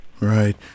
Right